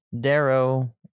Darrow